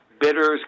bidders